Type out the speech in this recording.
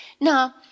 Now